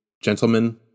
Gentlemen